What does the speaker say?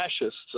fascists